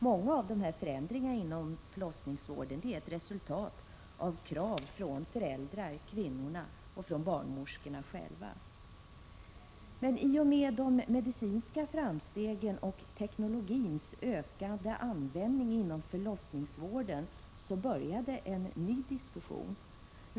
Många förändringar inom förlossningsvården är ett resultat av krav I och med medicinska framsteg och teknologins ökande användning inom 15 december 1986 förlossningsvården började en ny diskussion.